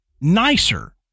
nicer